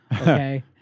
okay